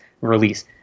release